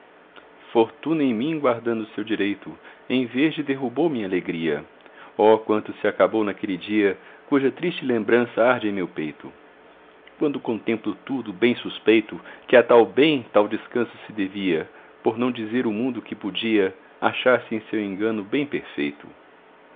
fortuna em mim guardando seu direito em verde derrubou minha alegria oh quanto se acabou naquele dia cuja triste lembrança arde em meu peito quando contemplo tudo bem suspeito que a tal bem tal descanso se devia por não dizer o mundo que podia achar-se em seu engano bem perfeito